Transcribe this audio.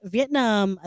Vietnam